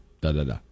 da-da-da